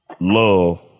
love